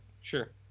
sure